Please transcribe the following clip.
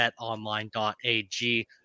betonline.ag